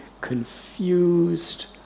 confused